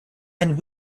and